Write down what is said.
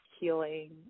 healing